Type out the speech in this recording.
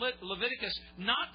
Leviticus—not